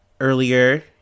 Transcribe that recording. earlier